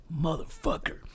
motherfucker